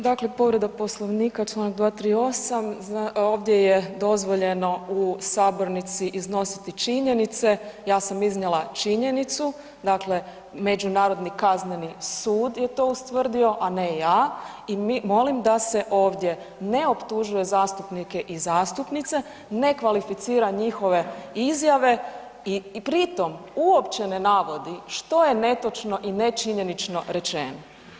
Dakle, povreda Poslovnika, Članak 238. ovdje je dozvoljeno u sabornici iznositi činjenice, ja sam iznijela činjenicu, dakle Međunarodni kazneni sud je to ustvrdio, a ne ja i molim da se ovdje ne optužuje zastupnike i zastupnice, ne kvalificira njihove izjave i pri tom uopće ne navodi što je netočno i nečinjenično rečeno.